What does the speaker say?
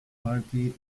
party